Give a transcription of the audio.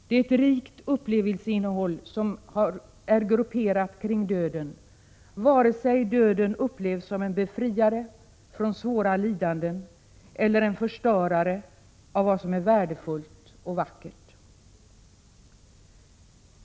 Det är ett rikt upplevelseinnehåll som är grupperat kring döden, vare sig döden upplevs som en befriare från svåra lidanden eller som en förstörare av vad som är värdefullt och vackert.